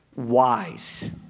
wise